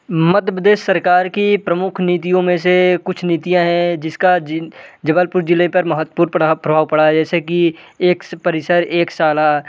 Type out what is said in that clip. मध्य प्रदेस सरकार की प्रमुख नीतियों में से कुछ नीतिया हैं जिसका जबलपुर ज़िले पर महत्वपूर्ण प्रभाव पड़ा है जैसे की एक परिसर एक शाला